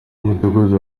mudugudu